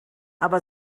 aber